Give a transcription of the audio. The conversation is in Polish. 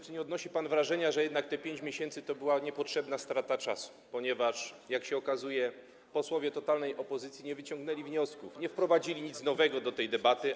Czy nie odnosi pan wrażenia, że jednak te 5 miesięcy to była niepotrzebna strata czasu, ponieważ, jak się okazuje, posłowie totalnej opozycji nie wyciągnęli wniosków, nie wprowadzili nic nowego do tej debaty?